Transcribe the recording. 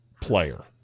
player